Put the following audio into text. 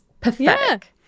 pathetic